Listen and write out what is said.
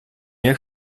nie